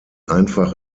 einfach